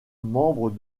membres